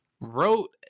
wrote